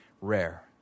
rare